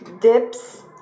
dips